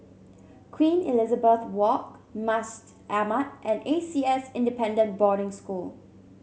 Queen Elizabeth Walk Masjid Ahmad and A C S Independent Boarding School